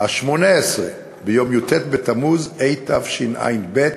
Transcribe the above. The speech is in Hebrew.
השמונה-עשרה ביום י"ט בתמוז התשע"ב,